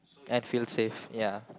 I'd feel safe ya